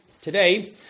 today